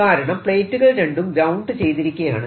കാരണം പ്ലേറ്റുകൾ രണ്ടും ഗ്രൌണ്ട് ചെയ്തിരിക്കയാണ്